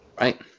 Right